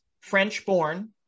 French-born